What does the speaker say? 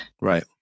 Right